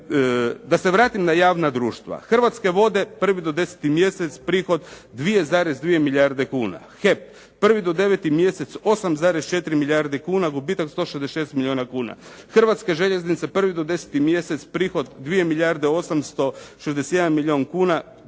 Da se vratim na javna društva, Hrvatske vode 1. do 10. mjesec prihod 2.2 milijarde kuna, HEP, 1. do 9. mjesec 8,4 milijarde kuna gubitak 166 milijuna kuna, Hrvatske željeznice 1. do 10. mjesec prihod 2 milijarde